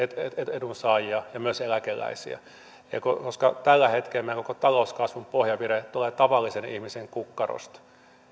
edunsaajia ja myös eläkeläisiä koska tällä hetkellä meillä koko talouskasvun pohjavire tulee tavallisen ihmisen kukkarosta